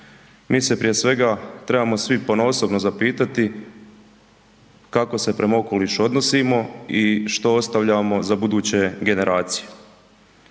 Mi se prije svega trebamo svi ponaosobno zapitati kako se prema okolišu odnosimo i što ostavljamo za buduće generacije?